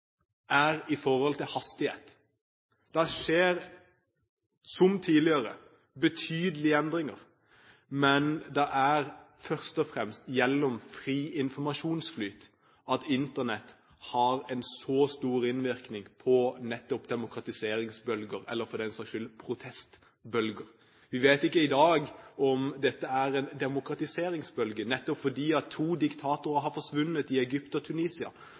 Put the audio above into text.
er i forhold til hastighet. Det skjer, som tidligere, betydelige endringer, men det er først og fremst gjennom fri informasjonsflyt at Internett har en så stor innvirkning på nettopp demokratiseringsbølger eller, for den saks skyld, protestbølger. Vi vet ikke i dag om dette er en demokratiseringsbølge, nettopp fordi to diktatorer har forsvunnet, i Egypt og Tunisia,